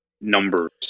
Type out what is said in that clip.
numbers